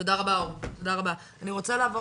תודה רבה אור, אני רוצה לעבור